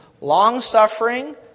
long-suffering